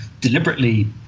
deliberately